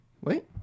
Wait